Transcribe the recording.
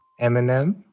Eminem